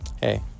hey